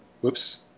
whoops